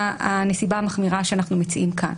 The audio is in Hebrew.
הנסיבה המחמירה שאנחנו מציעים כאן.